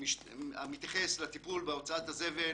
המתייחס לטיפול בהוצאת הזבל